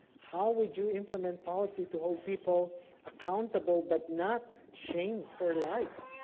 how would you implement policy to hold people accountable, but not shame for life?